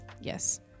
Yes